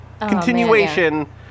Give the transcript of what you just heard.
Continuation